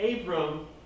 Abram